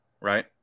right